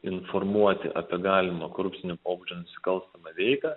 informuoti apie galimą korupcinio pobūdžio nusikalstamą veiką